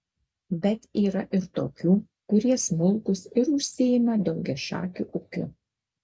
bet yra ir tokių kurie smulkūs ir užsiima daugiašakiu ūkiu